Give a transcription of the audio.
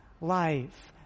life